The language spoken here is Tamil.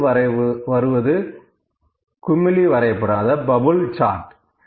அடுத்து வருவது குமிழி வரைபடம் அதாவது பபுள் பிளாட்